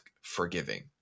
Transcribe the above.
forgiving